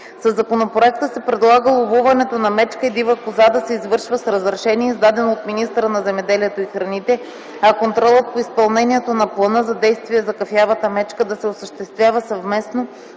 Със законопроекта се предлага ловуването на мечка и дива коза да се извършва с разрешение, издадено от министъра на земеделието и храните, а контролът по изпълнението на Плана за действие за кафявата мечка да се осъществява съвместно